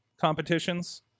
competitions